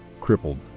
Crippled